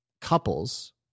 couples